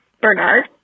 Bernard